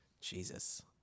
Jesus